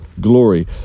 glory